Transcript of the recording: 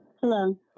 Hello